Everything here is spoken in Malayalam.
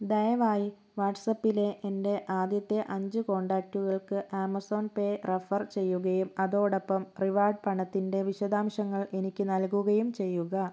ദയവായി വാട്ട്സ്ആപ്പിലെ എൻ്റെ ആദ്യത്തെ അഞ്ച് കോൺടാക്റ്റുകൾക്ക് ആമസോൺ പേ റെഫർ ചെയ്യുകയും അതോടൊപ്പം റിവാർഡ് പണത്തിൻ്റെ വിശദാംശങ്ങൾ എനിക്ക് നൽകുകയും ചെയ്യുക